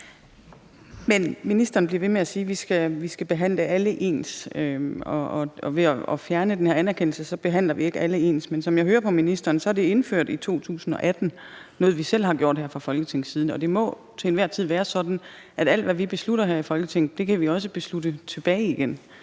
ministeren bliver ved med at sige, at vi skal behandle alle ens, og ved at fjerne den her anerkendelse behandler vi ikke alle ens. Men som jeg hører ministeren, er det indført i 2018 – noget, vi selv har gjort her fra Folketingets side. Og det må til enhver tid være sådan, at alt, hvad vi beslutter her i Folketinget, kan vi også beslutte tilbage igen.